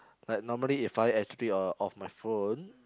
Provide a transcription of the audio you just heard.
like normally if I actually uh off my phone